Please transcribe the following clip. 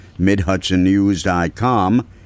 MidHudsonNews.com